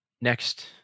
next